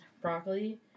broccoli